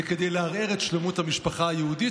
זה לערער את שלמות המשפחה היהודית,